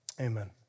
Amen